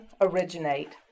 originate